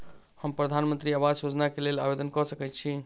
हम प्रधानमंत्री आवास योजना केँ लेल आवेदन कऽ सकैत छी?